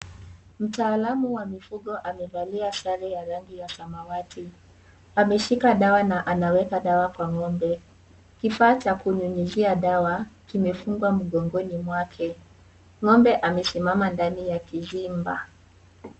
Mtaalamu wa mifugo amevalia sare ya rangi ya samawati. Ameshika dawa na anaweka dawa kwa ng'ombe. Kifaa cha kunyunyizia dawa kimefungwa mgongoni mwake. Ng'ombe amesimama ndani ya kizimba.